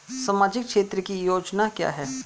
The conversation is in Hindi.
सामाजिक क्षेत्र की योजना क्या है?